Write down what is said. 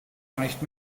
reicht